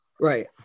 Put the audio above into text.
right